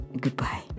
Goodbye